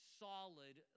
solid